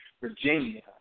Virginia